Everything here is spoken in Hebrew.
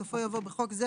בסופו יבוא "(בחוק זה,